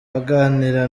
aganira